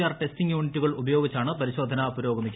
R testing യൂണിറ്റുകൾ ഉപയോഗിച്ചാണ് പരിശോധന പുരോഗമിക്കുന്നത്